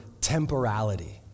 temporality